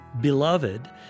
beloved